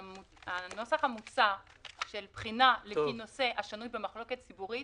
שהנוסח המוצע של בחינה לפי נושא השנוי במחלוקת ציבורית,